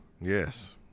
yes